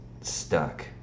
stuck